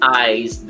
eyes